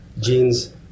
genes